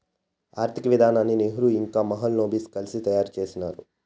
ఆర్థిక విధానాన్ని నెహ్రూ ఇంకా మహాలనోబిస్ కలిసి తయారు చేసినారు